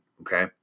Okay